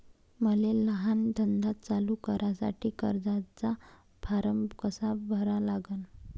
मले लहान धंदा चालू करासाठी कर्जाचा फारम कसा भरा लागन?